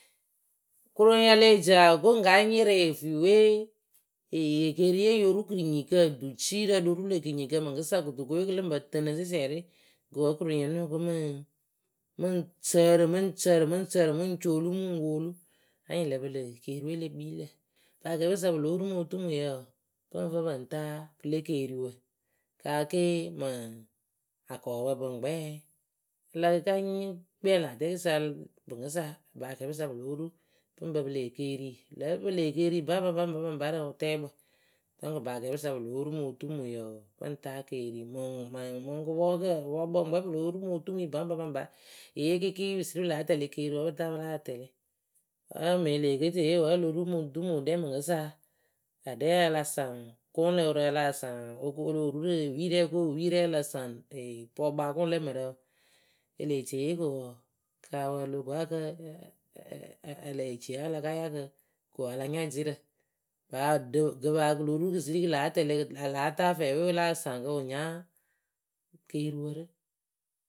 kroŋyǝ le ca ko ŋ ka yɩrɩ fiwe ekeeriye yoru kinyikǝ dujiirǝ lo ru lǝ kinyikǝ kɨtukǝ we kɨ lɨŋ pɨ pǝ tɨnɨ sɩsɩrɩ gɨ wǝ kroŋyǝ noko mɨŋ mɨŋ sǝrɨ mɨŋ sǝrɨ mɨŋ sǝrɨ mɨŋ coolu mɨŋ woolu ɛnyɩŋ lǝ pɨlɨ keriwe le kpii lǝ, bakɛɛpɨsa pɨ lóo ru motuiyǝ wɔɔ pɨŋ fɨ pɨŋ ta pɨle keeriwǝ kaake mɨŋ akɔɔpǝ bɨŋ kpɛɛ ɛɛ pɨla ka kpɛŋ lä atɛɛkɨsa mɨŋkɨsa bakɛɛpɨsa pɨ lóo ru. pɨŋ pɨ pɨlɨ ekeeri. pɨlǝ pɨlɨ ekeeri baŋba baŋba baŋba rɨ wɨtɛɛkpǝ dɔŋkǝ bakɛɛpɨsa pɨ lóo ru motumui wɔɔ pɨŋ ta keriwu mɨŋ kɨpɔɔkǝ. wɨpɔɔkpǝ pɨlo ru motumui baŋba baŋba eye kɩɩkɩ pɨ siri pɨ láa tɛlɩ keriwu wǝ pɨ ta pɨla tɛlɩ. ŋ mɨŋ e lee ke cieyee wǝ oloru mɨ dumuruɖɛ mɨŋkɨsa aɖɛ ala saŋ kʊŋ lɨɨrɨ a láa saŋ olo ru rɨ ewi rɛ oko ewi rɛŋ. ala saŋ pɔkpakʊŋ lǝ mǝrǝ e lee ceyee ko wɔɔ kawǝ olo akǝ eleci wala yakɨ ko ala nya dierǝ paa ɖɨ gɨ paa kɨ lo ru siri kɨ láa tɛlɩ la láa ta fɛɛwe kɨ láa saŋ kɨ wɨ nya keriwǝre.